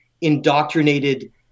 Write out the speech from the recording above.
indoctrinated